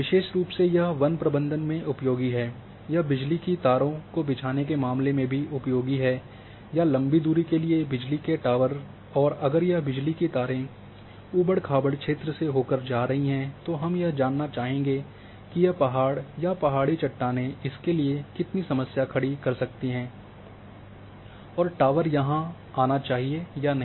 विशेष रूप से यह वन प्रबंधन में उपयोगी है यह बिजली की तरों को बिछाने के मामले में भी उपयोगी है या लंबी दूरी के लिए बिजली के टॉवर और अगर यह बिजली की तारें ऊबड़ खाबड़ क्षेत्र से होकर जा रही है तब हम जानना चाहेंगे कि यह पहाड़ या पहाड़ी चट्टानें इसके लिए कितनी समस्या खाड़ी कर रही हैं और टॉवर यहाँ आना चाहिए या नहीं